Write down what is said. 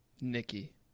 nikki